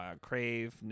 crave